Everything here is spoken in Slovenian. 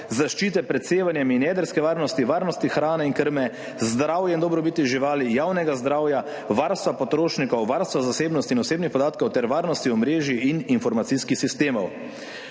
zaščite pred sevanjem in jedrske varnosti, varnosti hrane in krme, zdravja in dobrobiti živali, javnega zdravja, varstva potrošnikov, varstva zasebnosti in osebnih podatkov ter varnosti omrežij in informacijskih sistemov.